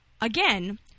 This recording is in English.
Again